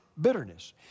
bitterness